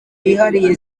yihariye